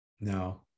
no